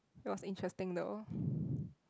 it was interesting though